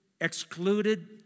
Excluded